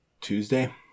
Tuesday